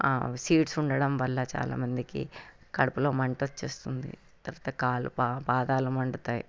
seeds ఉండటం వల్ల చాలామందికి కడుపులో మంట వస్తుంది తర్వాత కాలు పాదాలు మండుతాయి